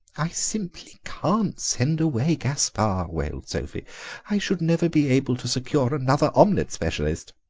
i simply can't send away gaspare, wailed sophie i should never be able to secure another omelette specialist.